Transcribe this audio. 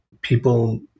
people